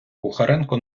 кухаренко